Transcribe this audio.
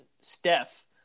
Steph